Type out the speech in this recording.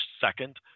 second